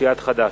מסיעת חד"ש.